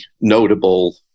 notable